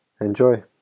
Enjoy